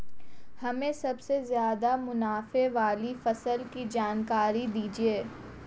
हमें सबसे ज़्यादा मुनाफे वाली फसल की जानकारी दीजिए